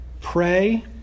Pray